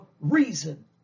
reason